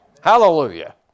Hallelujah